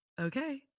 Okay